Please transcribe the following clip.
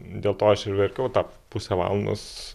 dėl to aš ir verkiau tą pusę valandos